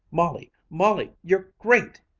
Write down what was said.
molly! molly! you're great!